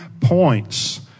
points